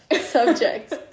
subjects